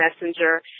messenger